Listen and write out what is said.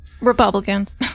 Republicans